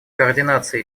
координации